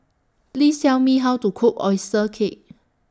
Please Tell Me How to Cook Oyster Cake